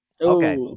Okay